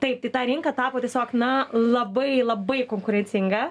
taip tai ta rinka tapo tiesiog na labai labai konkurencinga